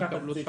כך זה היה.